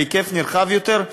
בהיקף נרחב יותר,